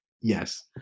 yes